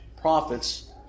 profits